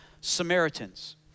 Samaritans